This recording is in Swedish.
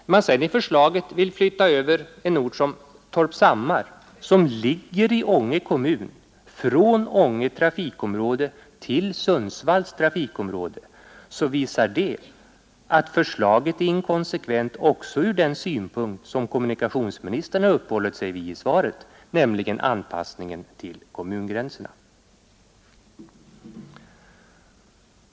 När man sedan i förslaget vill flytta över en ort som Torpshammar, som ligger i Ånge kommun, från Änge trafikområde till Sundsvalls trafikområde, visar det att förslaget är inkonsekvent även ur den synpunkt som kommunikationsministern har uppehållit sig vid i svaret, nämligen anpassningen till kommungränserna.